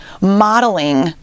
modeling